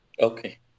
Okay